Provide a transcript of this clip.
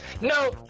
No